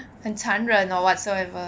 很残忍 or whatsoever